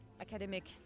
academic